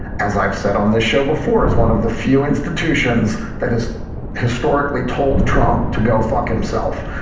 as i've said on this show before, is one of the few institutions that has historically told trump to go fuck himself.